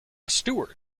steward